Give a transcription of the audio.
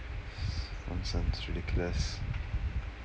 nonsense ridiculous